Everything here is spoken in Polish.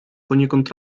poniekąd